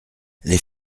les